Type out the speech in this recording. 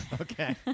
Okay